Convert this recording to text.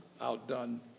outdone